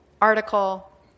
article